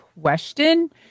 question